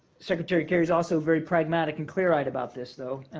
secretary kerry's also very pragmatic and clear-eyed about this, though,